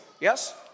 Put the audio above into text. Yes